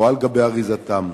או על גבי אריזתם.